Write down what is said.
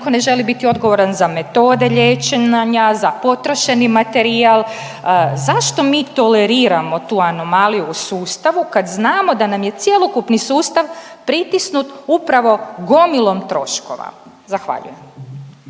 niko ne želi biti odgovoran za metode liječenja, za potrošeni materijal, zašto mi toleriramo tu anomaliju u sustavu kad znamo da nam je cjelokupni sustav pritisnut upravo gomilom troškova? Zahvaljujem.